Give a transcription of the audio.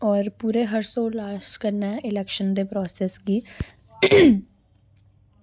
और पूरे हर्शोल्लास कन्नै इलेक्शन दे प्रोसेस गी